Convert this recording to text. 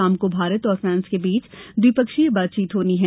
शाम को भारत और फ्रांस के बीच द्विपक्षीय बातचीत होनी है